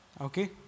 Okay